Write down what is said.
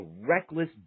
reckless